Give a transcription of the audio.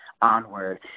onward